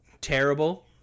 terrible